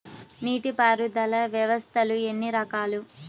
నీటిపారుదల వ్యవస్థలు ఎన్ని రకాలు?